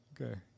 Okay